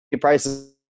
prices